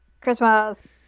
Christmas